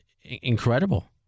incredible